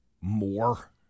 more